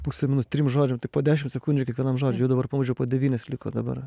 pusė minu trim žodžiam tai po dešim sekundžių kiekvienam žodžiui jau dabar po mažiau po devynias liko dabar